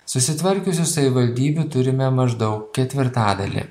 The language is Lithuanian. susitvarkiusių savivaldybių turime maždaug ketvirtadalį